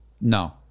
No